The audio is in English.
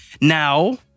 Now